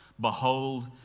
Behold